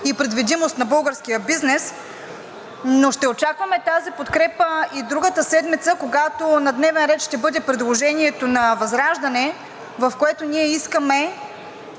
и предвидимост на българския бизнес, но ще очакваме тази подкрепа и другата седмица, когато на дневен ред ще бъде предложението на ВЪЗРАЖДАНЕ, в което искаме